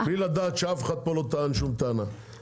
בלי לדעת שמישהו פה לא טען שום טענה,